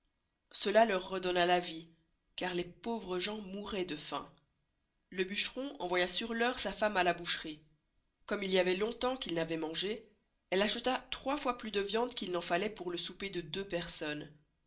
cela leur redonna la vie car les pauvres gens mouroient de faim le bucheron envoya sur l'heure sa femme à la boucherie comme il y avoit long-temps qu'elle n'avoit mangé elle acheta trois fois plus de viande qu'il n'en falloit pour le soupé de deux personnes